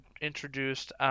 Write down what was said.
introduced